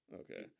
Okay